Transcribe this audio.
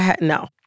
No